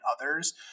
others